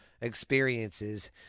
experiences